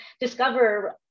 discover